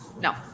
No